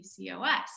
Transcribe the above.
PCOS